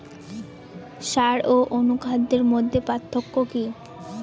সার ও অনুখাদ্যের মধ্যে পার্থক্য কি?